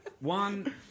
One